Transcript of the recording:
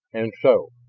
and so!